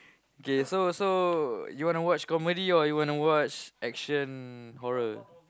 okay so so you wanna watch comedy or you wanna watch action horror